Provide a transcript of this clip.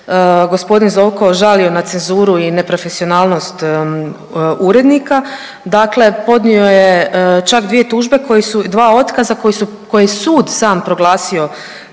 se g. Zovko žalio na cenzuru i neprofesionalnost urednika, dakle podnio je čak 2 tužbe, 2 otkaza koji su, koji je sud sam proglasio